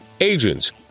agents